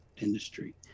industry